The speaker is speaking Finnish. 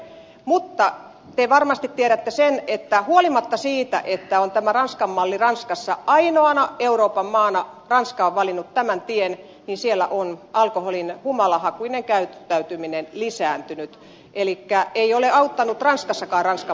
mutta te varmasti tiedätte sen että huolimatta siitä että on tämä ranskan malli ranskassa ainoana euroopan maana ranska on valinnut tämän tien niin siellä on alkoholin humalahakuinen käyttäytyminen lisääntynyt elikkä ei ole auttanut ranskassakaan ranskan malli